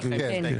נמנעים